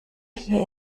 hier